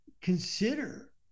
consider